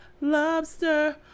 lobster